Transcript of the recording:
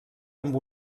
amb